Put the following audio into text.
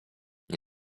nie